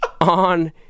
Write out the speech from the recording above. on